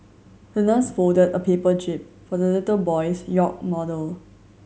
the nurse folded a paper jib for the little boy's yacht model